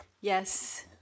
Yes